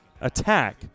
attack